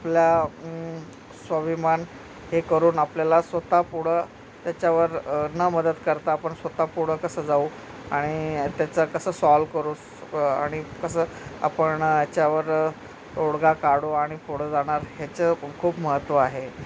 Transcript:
आपला स्वाभिमान हे करून आपल्याला स्वतः पुढं त्याच्यावर न मदत करता आपण स्वतः पुढं कसं जाऊ आणि त्याचा कसं सॉल्व्ह करू आणि कसं आपण याच्यावर तोडगा काढू आणि पुढं जाणार याचं खूप महत्त्व आहे